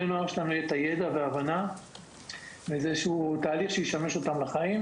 נוער יקבלו יידע והבנה בתהליך שיהיה להם שימושי בחייהם.